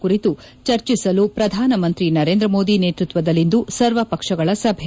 ಕುರಿತು ಚರ್ಚಿಸಲು ಪ್ರಧಾನಮಂತ್ರಿ ನರೇಂದ್ರ ಮೋದಿ ನೇತೃತ್ವದಲ್ಲಿಂದು ಸರ್ವಪಕ್ಷಗಳ ಸಭೆ